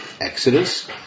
Exodus